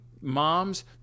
moms